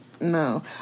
no